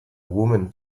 woman